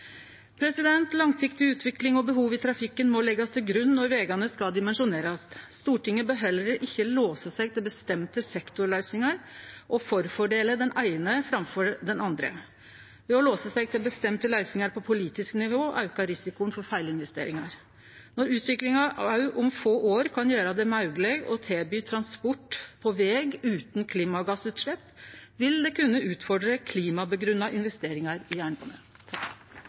Langsiktig utvikling og behov i trafikken må leggjast til grunn når vegane skal dimensjonerast. Stortinget bør heller ikkje låse seg til bestemte sektorløysingar og favorisere den eine framfor den andre. Ved å låse seg til bestemte løysingar på politisk nivå aukar risikoen for feilinvesteringar. Når utviklinga òg om få år kan gjere det mogleg å få transport på veg utan klimagassutslepp, vil det kunne utfordre klimagrunngjevne investeringar i